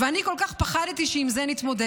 ואני כל כך פחדתי שעם זה נתמודד.